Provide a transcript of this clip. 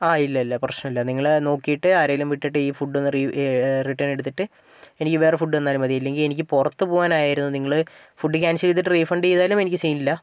ഇല്ല ഇല്ല പ്രശ്നമില്ല നിങ്ങൾ നോക്കിയിട്ട് ആരേലും വിട്ടിട്ട് ഈ ഫുഡ് റിട്ടേൺ എടുത്തിട്ട് എനിക്ക് വേറെ ഫുഡ് തന്നാലും മതി ഇല്ലെങ്കിൽ എനിക്ക് പുറത്ത് പോവാൻ ആയിരുന്നു നിങ്ങൾ ഫുഡ് ക്യാൻസൽ ചെയ്തിട്ട് റീഫണ്ട് ചെയ്താലും എനിക്ക് സീനില്ല